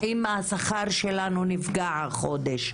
אם השכר שלנו נפגע החודש,